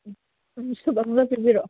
soup ꯑꯃꯒ ꯄꯤꯕꯤꯔꯛꯑꯣ